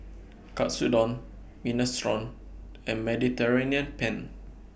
Katsudon Minestrone and Mediterranean Penne